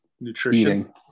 nutrition